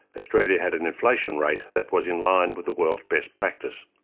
australia had an inflation rate that was in line with the world's best practice.